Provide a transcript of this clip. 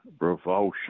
revulsion